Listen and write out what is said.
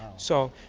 so,